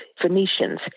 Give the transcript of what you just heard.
Phoenicians